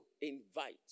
invite